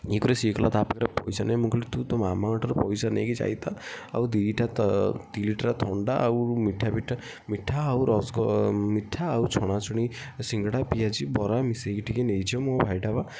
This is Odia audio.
ଇଏ କରେ ତା'ପରେ ସିଏ କହିଲା ତା ପାଖରେ ପଇସା ନାହିଁ ମୁଁ କହିଲି ତୋ ମାମାଙ୍କ ଠାରୁ ପଇସା ନେଇକି ଯାଇଥା ଆଉ ଦୁଇଟା ଦୁଇ ଲିଟିରିଆ ଥଣ୍ଡା ମିଠା ପିଠା ମିଠା ଆଉ ରସଗୋ ମିଠା ଆଉ ଛଣାଛଣି ସିଙ୍ଗଡ଼ା ଆଉ ପିଆଜି ବରା ମିଶାଇକି ଟିକେ ନେଇଯା ମୋ ଭାଇଟା ପରା